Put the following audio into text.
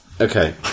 Okay